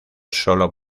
solo